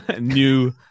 New